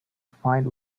find